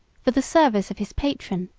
for the service of his patron,